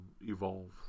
Evolve